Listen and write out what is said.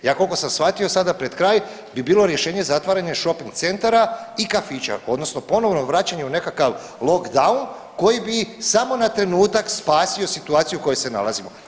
Ja koliko sam shvatio sada pred kraj bi bilo rješenje shopping centara i kafića, odnosno ponovo vraćanje u nekakav lock down, koji bi samo na trenutak spasio situaciju u kojoj se nalazimo.